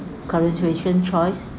current situation choice